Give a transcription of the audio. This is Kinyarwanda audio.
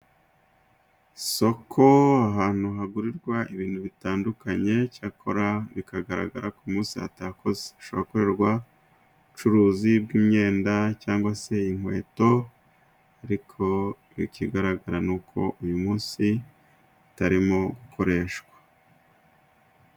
Isoko ahantu hagurirwa ibintu bitandukanye cyakora bikagaragara ku munsi hatakoze hashobora kuba hakorerwa ubucuruzi bw'imyenda cyangwa se inkweto ariko ikigaragara ni uko uyu munsi utarimo gukoreshwa.